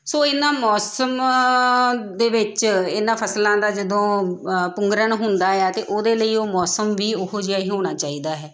ਸੌ ਇਹਨਾਂ ਮੌਸਮ ਦੇ ਵਿੱਚ ਇਹਨਾਂ ਫਸਲਾਂ ਦਾ ਜਦੋਂ ਪੁੰਗਰਨ ਹੁੰਦਾ ਆ ਤਾਂ ਉਹਦੇ ਲਈ ਉਹ ਮੌਸਮ ਵੀ ਉਹੋ ਜਿਹਾ ਹੀ ਹੋਣਾ ਚਾਹੀਦਾ ਹੈ